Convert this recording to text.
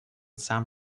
some